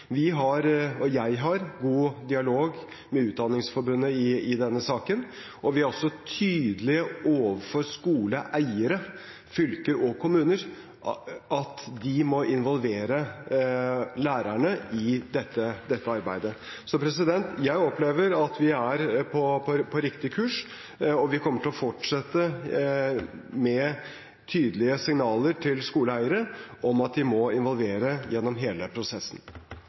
Vi har – og jeg har – god dialog med Utdanningsforbundet i denne saken, og vi er også tydelige overfor skoleeiere, fylker og kommuner på at de må involvere lærerne i dette arbeidet. Så jeg opplever at vi er på riktig kurs, og vi kommer til å fortsette med tydelige signaler til skoleeiere om at de må involvere gjennom hele prosessen.